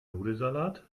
nudelsalat